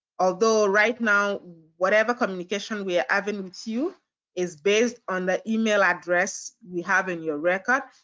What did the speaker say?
although right now whatever communication we're having with you is based on the email address we have in your record,